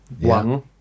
one